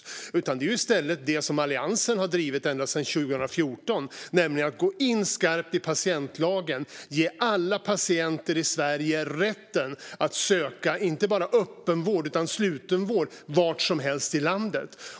I stället behövs det som Alliansen har drivit ända sedan 2014, nämligen att man går in skarpt i patientlagen och ger alla patienter i Sverige rätten att söka inte bara öppenvård utan även slutenvård var som helst i landet.